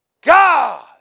God